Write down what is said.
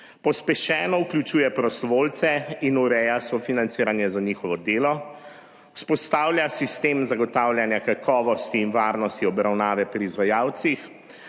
pospešeno vključuje prostovoljce in ureja sofinanciranje za njihovo delo. Vzpostavlja sistem zagotavljanja kakovosti in varnosti obravnave pri izvajalcih.